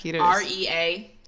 r-e-a